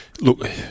look